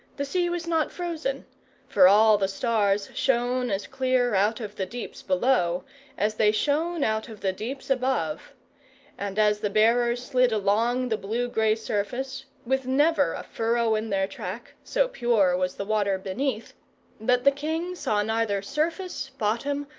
the sea was not frozen for all the stars shone as clear out of the deeps below as they shone out of the deeps above and as the bearers slid along the blue-gray surface, with never a furrow in their track, so pure was the water beneath that the king saw neither surface, bottom,